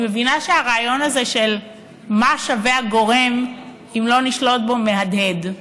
אני מבינה שהרעיון הזה של מה שווה הגורם אם לא נשלוט בו מהדהד,